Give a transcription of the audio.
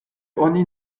oni